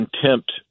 contempt